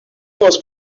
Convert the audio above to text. was